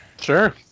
Sure